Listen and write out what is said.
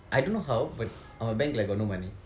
I don't know how but அவன்:avan bank like got no money